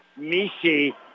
Mishi